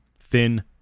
thin